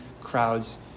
crowds